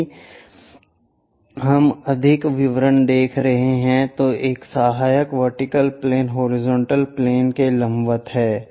यदि हम अधिक विवरण देख रहे हैं तो यह सहायक वर्टिकल प्लेन हॉरिजॉन्टल प्लेन के लंबवत है